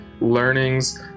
learnings